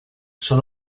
són